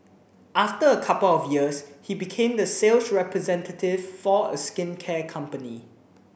after a couple of years he became the sales representative for a skincare company